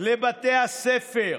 לבתי הספר,